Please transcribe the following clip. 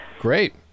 Great